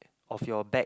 of your bag